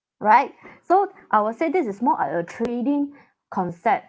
right so I will say this is more like a trading concept